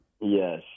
Yes